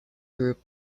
group